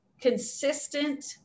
consistent